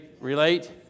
relate